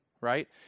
right